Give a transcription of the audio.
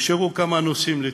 ולכן נשארו כמה נושאים לטיפול.